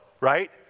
right